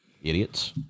Idiots